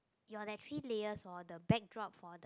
your that three layers hor the backdrop for the